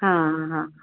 हां हां